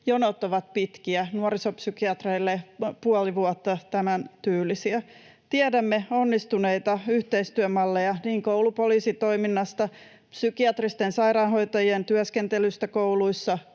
Jonot ovat pitkiä, nuorisopsykiatreille puoli vuotta, tämän tyylisiä. Tiedämme onnistuneita yhteistyömalleja niin koulupoliisitoiminnasta, psykiatristen sairaanhoitajien työskentelystä kouluissa